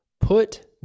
put